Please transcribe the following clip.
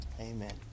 amen